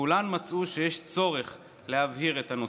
וכולן מצאו שיש צורך להבהיר את הנושא.